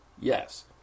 Yes